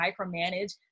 micromanage